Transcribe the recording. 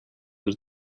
was